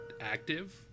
active